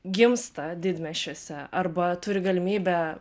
gimsta didmiesčiuose arba turi galimybę